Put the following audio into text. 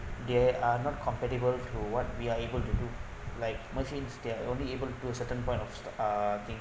they are not compatible to what we are able to do like machines they are only able to do a certain point of uh thing